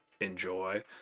enjoy